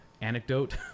anecdote